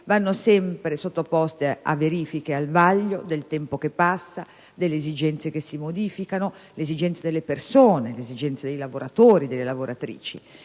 vanno sempre sottoposte a verifiche, al vaglio del tempo che passa, delle esigenze che si modificano, delle esigenze delle persone, dei lavoratori e delle lavoratrici.